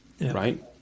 right